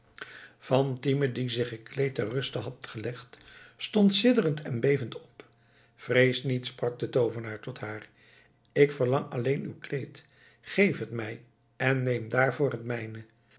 fatime die zich gekleed ter ruste had gelegd stond sidderend en bevend op vrees niet sprak de toovenaar tot haar ik verlang alleen uw kleed geef het mij en neem daarvoor het mijne